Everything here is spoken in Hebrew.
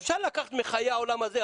אפשר לקחת מחיי העולם הזה,